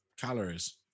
calories